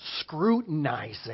scrutinizing